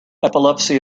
epilepsy